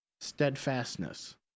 steadfastness